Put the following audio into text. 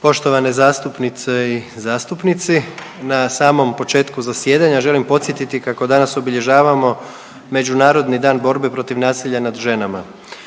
Poštovane zastupnice i zastupnici. Na samom početku zasjedanja želim podsjetiti kako danas obilježavamo Međunarodni dan borbe protiv nasilja nad ženama.